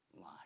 lie